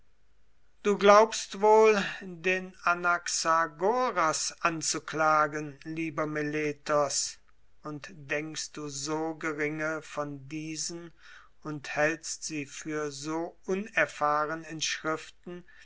du glaubst wohl den anaxagoras anzuklagen lieber meletos und denkst so geringe von diesen und hältst sie für so unerfahren in schriften